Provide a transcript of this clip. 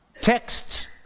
texts